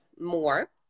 more